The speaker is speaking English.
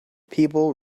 people